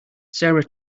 sarah